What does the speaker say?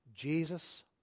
Jesus